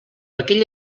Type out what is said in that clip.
aquella